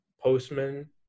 postman